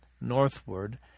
northward